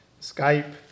Skype